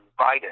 Biden